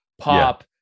pop